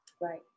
right